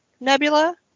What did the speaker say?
Nebula